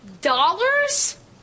Dollars